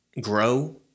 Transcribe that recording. grow